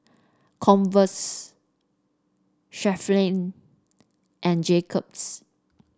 Converse Chevrolet and Jacob's